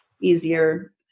easier